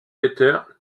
peter